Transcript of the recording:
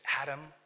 Adam